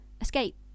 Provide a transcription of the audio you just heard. escape